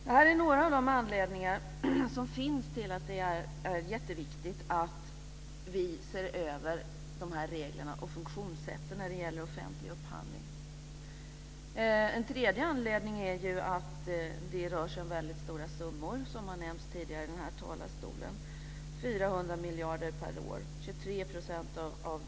Det här är några av anledningarna till att det är jätteviktigt att vi ser över reglerna och funktionssätten när det gäller offentlig upphandling. Ytterligare en anledning är ju att det rör sig om stora summor, som har nämnts tidigare i den här talarstolen. Det rör sig om 400 miljarder per år, 23 % av BNP.